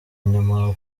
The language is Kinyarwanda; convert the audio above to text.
nyuma